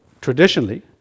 traditionally